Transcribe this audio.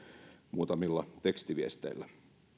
muutamilla tekstiviesteillä